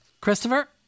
Christopher